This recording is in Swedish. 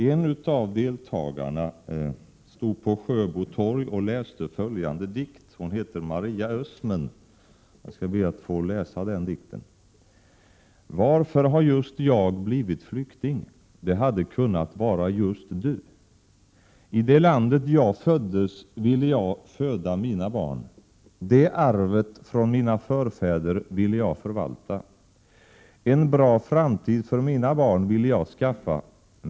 En av deltagarna, Maria Özmen, stod på Sjöbo torg och läste följande dikt: Varför har just jag blivit flykting det hade kunnat vara just du. I det landet jag föddes ville jag föda mina barn. Det arvet från mina förfäder ville jag förvalta, en bra framtid för mina barn ville jag skaffa.